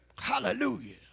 Hallelujah